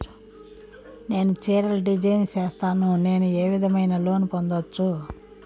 నేను చీరలు డిజైన్ సేస్తాను, నేను ఏ విధమైన లోను పొందొచ్చు